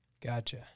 Gotcha